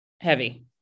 heavy